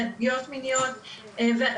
פגיעות מיניות ועוד.